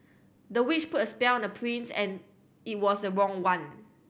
the witch put a spell on the prince and it was the wrong one